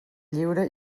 lliure